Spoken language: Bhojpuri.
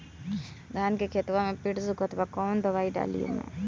धान के खेतवा मे पेड़ सुखत बा कवन दवाई डाली ओमे?